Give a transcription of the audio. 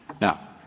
Now